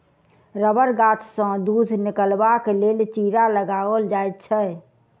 रबड़ गाछसँ दूध निकालबाक लेल चीरा लगाओल जाइत छै